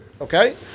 Okay